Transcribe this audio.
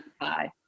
Bye